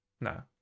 no